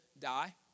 die